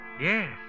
Yes